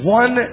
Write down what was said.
one